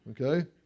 Okay